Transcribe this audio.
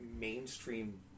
mainstream